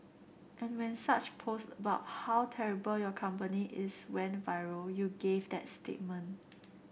and when such posts bout how terrible your company is went viral you gave that statement